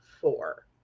four